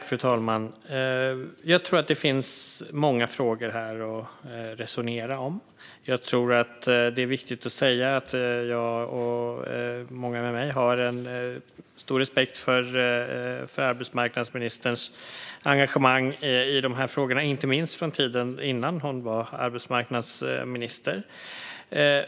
Fru talman! Jag tror att det finns många frågor att resonera om. Jag tror att det är viktigt att säga att jag och många med mig har en stor respekt för arbetsmarknadsministerns engagemang i de här frågorna, inte minst från tiden innan hon var arbetsmarknadsminister.